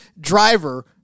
driver